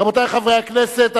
רבותי חברי הכנסת,